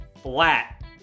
flat